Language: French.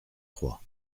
trois